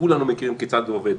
וכולנו מכירים כיצד הוא עובד,